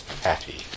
happy